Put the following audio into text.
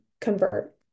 convert